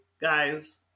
guys